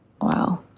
Wow